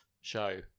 show